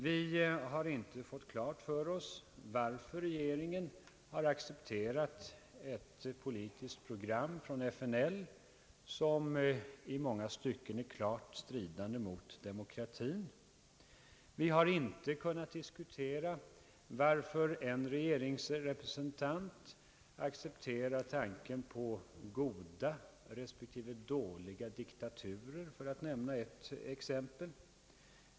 Vi har inte fått klart för oss, varför regeringen har accepterat ett politiskt program från FNL, som i många stycken är klart stridande mot demokratin, Vi har inte kunnat diskutera, varför en regeringsrepresentant accepterar tanken på goda respektive dåliga diktaturer — för att nämna ett exempel.